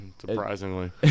surprisingly